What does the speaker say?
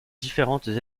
différentes